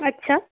আচ্ছা